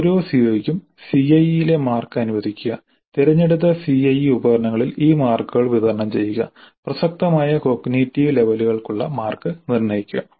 ഓരോ CO ക്കും CIE യിലെ മാർക്ക് അനുവദിക്കുക തിരഞ്ഞെടുത്ത CIE ഉപകരണങ്ങളിൽ ഈ മാർക്കുകൾ വിതരണം ചെയ്യുക പ്രസക്തമായ കോഗ്നിറ്റീവ് ലെവലുകൾക്കുള്ള മാർക്ക് നിർണ്ണയിക്കുക